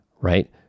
right